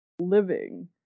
living